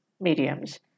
mediums